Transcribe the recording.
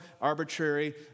arbitrary